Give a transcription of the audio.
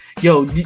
yo